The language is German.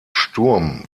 sturm